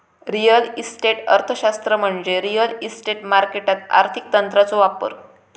real estate अर्थशास्त्र म्हणजे real estate मार्केटात आर्थिक तंत्रांचो वापर